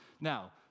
Now